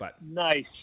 Nice